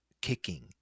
kicking